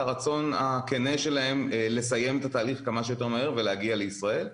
הרצון הכנה שלהם לסיים את התהליך כמה שיותר מהר ולהגיע לישראל.